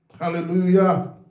hallelujah